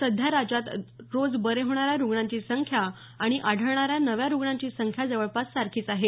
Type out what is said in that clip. सध्या राज्यात रोज बरे होणाऱ्या रुग्णांची संख्या आणि आढळणाऱ्या नव्या रुग्णांची संख्या जवळपास सारखीच आहे